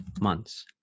months